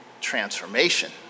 transformation